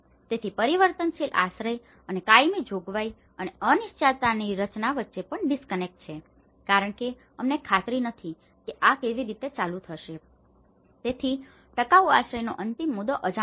તેથી પરિવર્તનશીલ આશ્રય અને કાયમી જોગવાઈ અને અનિશ્ચિતતાની રચના વચ્ચે પણ ડિસ્કનેક્ટ છે કારણ કે અમને ખાતરી નથી કે આ કેવી રીતે ચાલુ થશે તેથી ટકાઉ આશ્રયનો અંતિમ મુદ્દો અજાણ હતો